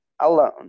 alone